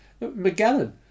Magellan